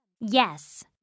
Yes